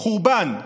חורבן.